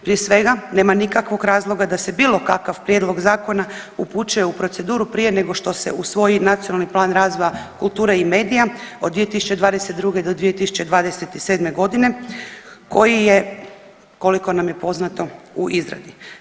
Prije svega, nema nikakvog razloga da se bilo kakav prijedlog zakona upućuje u proceduru prije nego što se usvoji nacionalni plan razvoja kulture i medija od 2022. do 2027. g. koji je, koliko nam je poznato, u izradi.